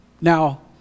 Now